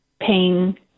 paying